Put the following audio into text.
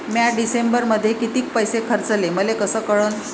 म्या डिसेंबरमध्ये कितीक पैसे खर्चले मले कस कळन?